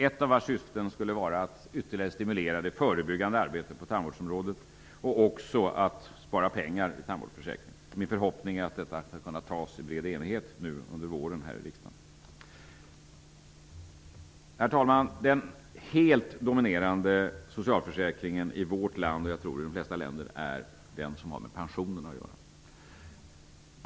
Ett av dess syften skulle vara att ytterligare stimulera det förebyggande arbetet på tandvårdsområdet och att även spara pengar i tandvårdsförsäkringen. Min förhoppning är att detta förslag skall kunna antas i bred enighet här i riksdagen under våren. Herr talman! Den helt dominerande socialförsäkringen i vårt land, och jag tror i de flesta länder, är den som har med pensionen att göra.